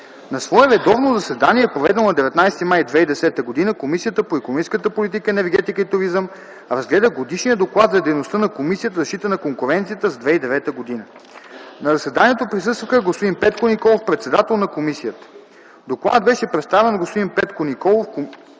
На свое редовно заседание, проведено на 19 май 2010 г., Комисията по икономическата политика, енергетика и туризъм разгледа Годишния доклад за дейността на Комисията за защита на конкуренцията за 2009 г. На заседанието присъства господин Петко Николов – председател на комисията. Докладът беше представен от господин Петко Николов.